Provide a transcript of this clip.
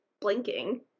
blinking